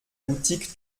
boutique